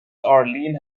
arlene